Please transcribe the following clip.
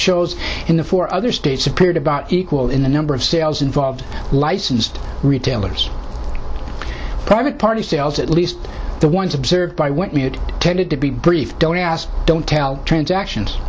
shows in the four other states appeared about equal in the number of sales involved licensed retailers private party sales at least the ones observed by whitney it tended to be brief don't ask don't tell transactions